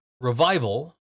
Revival